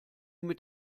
mit